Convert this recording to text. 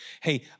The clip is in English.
hey